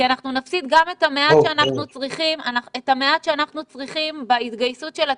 כי אנחנו נפסיד גם את המעט שאנחנו צריכים בהתגייסות הציבור.